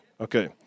Okay